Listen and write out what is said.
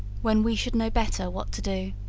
when we should know better what to do.